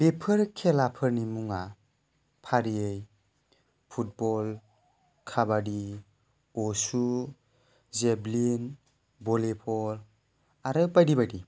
बेफोर खेलाफोरनि मुङा फारियै फुटबल काबादि उसु जेभ्लिन भलिबल आरो बायदि बायदि